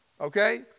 Okay